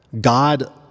God